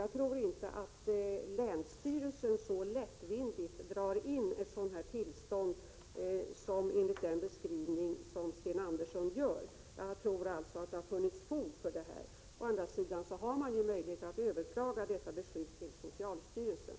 Jag tror inte att länsstyrelsen drar in ett tillstånd så lättvindigt som Sten Andersson beskriver. Jag tror alltså att det har funnits fog för detta. Å andra sidan har man möjlighet att överklaga detta beslut till socialstyrelsen.